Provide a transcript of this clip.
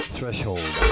Threshold